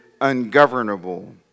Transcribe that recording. ungovernable